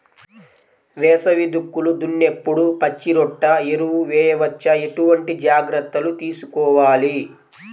వేసవి దుక్కులు దున్నేప్పుడు పచ్చిరొట్ట ఎరువు వేయవచ్చా? ఎటువంటి జాగ్రత్తలు తీసుకోవాలి?